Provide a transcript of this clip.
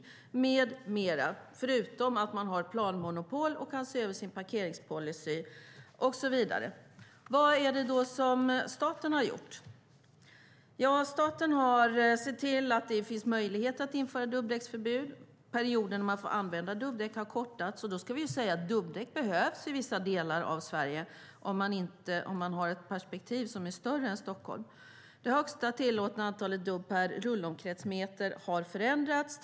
Alla dessa åtgärder - med flera - kan man göra, förutom att man har planmonopol och kan se över sin parkeringspolicy och så vidare. Vad har staten har gjort? Ja, staten har sett till att det finns möjlighet att införa dubbdäcksförbud, och perioden man får använda dubbdäck har kortats. Då ska vi ändå, om vi har ett perspektiv som är större än att bara gälla Stockholm, säga att dubbdäck behövs i vissa delar av Sverige. Det högsta tillåtna antalet dubb per rullomkretsmeter har förändrats.